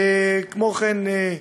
כמו כן,